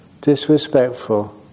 disrespectful